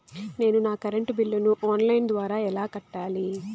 నేను నా కరెంటు బిల్లును ఆన్ లైను ద్వారా ఎలా కట్టాలి?